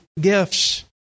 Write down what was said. gifts